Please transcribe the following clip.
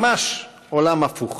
ממש עולם הפוך.